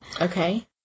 Okay